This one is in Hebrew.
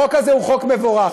החוק הזה חוק מבורך.